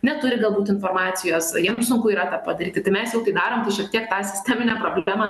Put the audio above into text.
neturi galbūt informacijos jiems sunku yra tą padaryti tai mes jau tai darom tai šiek tiek tą sisteminę problemą